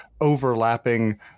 overlapping